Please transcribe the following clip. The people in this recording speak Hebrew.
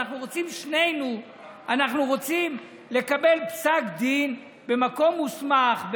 שנינו רוצים לקבל פסק דין במקום מוסמך,